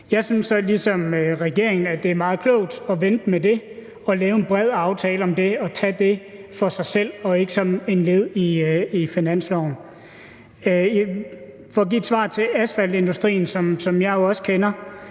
regeringen, at det er meget klogt at vente med det og lave en bred aftale om det og tage det for sig selv og ikke som et led i finansloven. For at give et svar til asfaltindustrien, som jeg jo også kender,